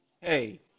Hey